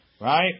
Right